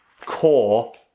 core